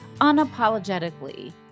unapologetically